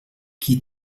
qui